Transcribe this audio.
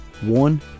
one